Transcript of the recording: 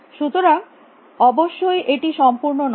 সুতরাং অবশ্যই এটি সম্পূর্ণ নয়